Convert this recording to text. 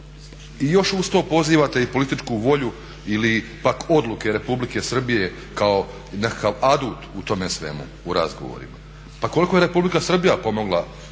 I još uz to pozivate i političku volju ili pak odluke Republike Srbije kao nekakav adut u tome svemu, u razgovorima. Pa koliko je Republika Srbija pomogla